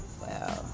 wow